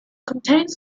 contains